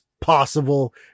possible